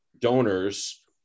donors